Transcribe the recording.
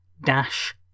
dash